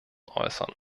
äußern